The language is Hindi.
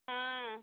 हाँ